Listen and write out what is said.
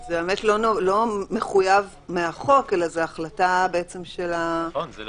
זה באמת לא מחויב מהחוק אלא זו החלטה של הממשלה,